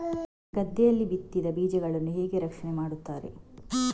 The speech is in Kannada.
ಗದ್ದೆಯಲ್ಲಿ ಬಿತ್ತಿದ ಬೀಜಗಳನ್ನು ಹೇಗೆ ರಕ್ಷಣೆ ಮಾಡುತ್ತಾರೆ?